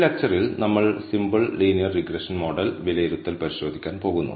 ഈ ലെക്ച്ചറിൽ നമ്മൾ സിംപിൾ ലീനിയർ റിഗ്രഷൻ മോഡൽ വിലയിരുത്തൽ പരിശോധിക്കാൻ പോകുന്നു